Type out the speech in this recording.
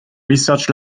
research